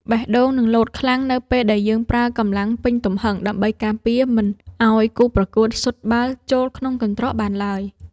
បេះដូងនឹងលោតខ្លាំងនៅពេលដែលយើងប្រើកម្លាំងពេញទំហឹងដើម្បីការពារមិនឱ្យគូប្រកួតស៊ុតបាល់ចូលក្នុងកន្ត្រកបានឡើយ។